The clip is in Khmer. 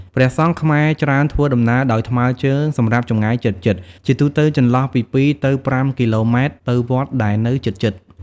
ព្រះសង្ឃខ្មែរច្រើនធ្វើដំណើរដោយ ថ្មើរជើង សម្រាប់ចម្ងាយជិតៗ ជាទូទៅចន្លោះពី ២ទៅ៥ គីឡូម៉ែត្រ ទៅវត្តដែលនៅជិតៗ។